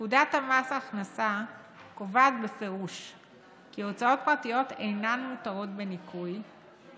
פקודת מס הכנסה קובעת בפירוש כי הוצאות פרטיות אינן מותרות בניכוי,